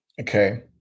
Okay